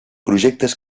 projectes